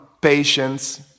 patience